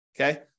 okay